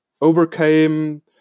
overcame